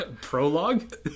Prologue